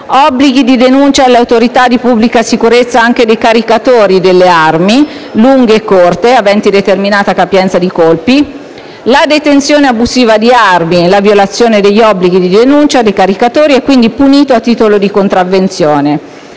obblighi di denuncia alle autorità di pubblica sicurezza anche dei caricatori delle armi, lunghe e corte, aventi determinata capienza di colpi; la detenzione abusiva di armi, la violazione degli obblighi di denuncia dei caricatori è quindi punito a titolo di contravvenzione.